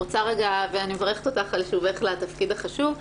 אני מברכת אותך על שובך לתפקיד החשוב,